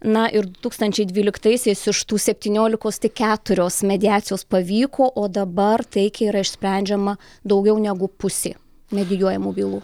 na du tūkstančiai dvyliktaisiais iš tų septyniolikos tik keturios mediacijos pavyko o dabar taikiai yra išsprendžiama daugiau negu pusė medijuojamų bylų